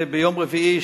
ביום רביעי,